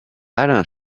alain